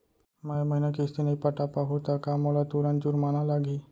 मैं ए महीना किस्ती नई पटा पाहू त का मोला तुरंत जुर्माना लागही?